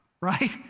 right